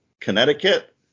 Connecticut